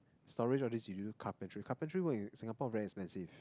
storage all this we use carpentry carpentry work in Singapore very expensive